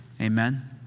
Amen